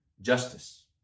justice